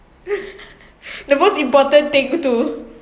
the most important thing too